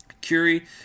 Curie